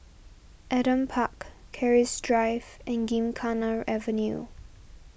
Adam Park Keris Drive and Gymkhana Avenue